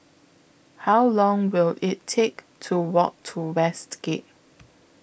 How Long Will IT Take to Walk to Westgate